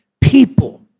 people